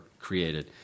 created